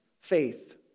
faith